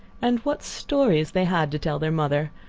and what stories they had to tell their mother!